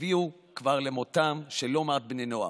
כבר הביאה למותם של לא מעט בני נוער.